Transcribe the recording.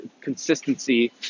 consistency